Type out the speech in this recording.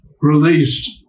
Released